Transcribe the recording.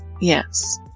Yes